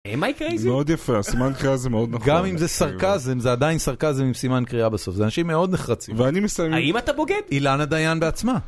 מאוד יפה, סימן קריאה זה מאוד נכון, גם אם זה סרקזם, זה עדיין סרקזם עם סימן קריאה בסוף, זה אנשים מאוד נחרצים, ואני מסיים, האם אתה בוגד? אילנה דיין בעצמה.